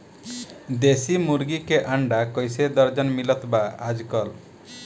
देशी मुर्गी के अंडा कइसे दर्जन मिलत बा आज कल?